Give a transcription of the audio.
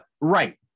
Right